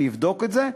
אני אבדוק את זה,